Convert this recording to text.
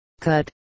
cut